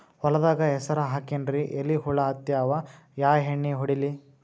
ಹೊಲದಾಗ ಹೆಸರ ಹಾಕಿನ್ರಿ, ಎಲಿ ಹುಳ ಹತ್ಯಾವ, ಯಾ ಎಣ್ಣೀ ಹೊಡಿಲಿ?